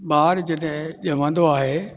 ॿारु जॾहिं ॼमंदो आहे